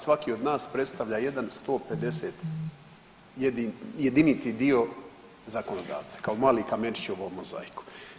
Svaki od nas predstavlja jedan 150 jediniti dio zakonodavca kao mali kamenčić u ovom mozaiku.